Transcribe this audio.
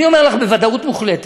אני אומר לך בוודאות מוחלטת,